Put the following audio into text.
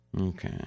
Okay